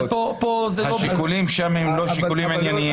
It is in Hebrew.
אבל פה זה לא --- השיקולים שם הם לא שיקולים ענייניים,